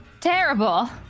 terrible